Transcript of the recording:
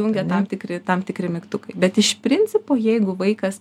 jungia tam tikri tam tikri mygtukai bet iš principo jeigu vaikas